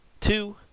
two